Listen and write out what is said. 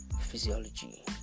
physiology